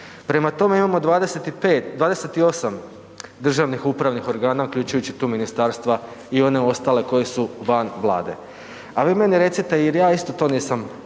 Prema tome, imamo 28 državnih upravnih organa uključujući tu i ministarstava i one ostale koji su van Vlade. A vi meni recite, jer ja isto to nisam